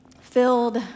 filled